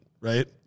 right